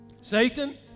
Satan